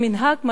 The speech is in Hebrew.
זה מנהג מדהים,